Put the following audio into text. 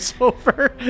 over